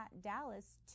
Dallas